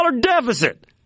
deficit